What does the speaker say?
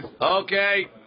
Okay